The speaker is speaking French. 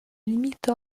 limite